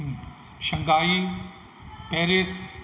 Shanghai Paris